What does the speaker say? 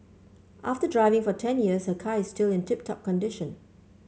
after driving for ten years her car is still in tip top condition